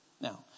Now